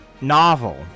novel